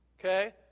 Okay